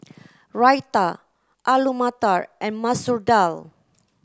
Raita Alu Matar and Masoor Dal